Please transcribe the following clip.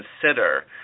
consider